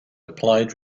applied